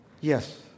Yes